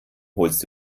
holst